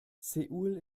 seoul